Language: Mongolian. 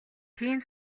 тийм